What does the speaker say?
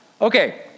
Okay